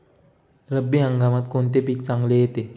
रब्बी हंगामात कोणते पीक चांगले येते?